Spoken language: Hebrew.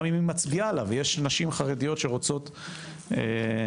גם אם היא מצביעה לה ויש נשים חרדיות שרוצות להתמודד